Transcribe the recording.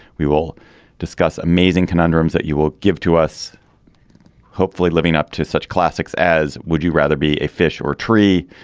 we will discuss amazing conundrums that you will give to us hopefully living up to such classics as would you rather be a fish or tree.